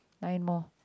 nine more